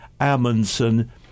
Amundsen